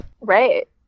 Right